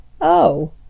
Oh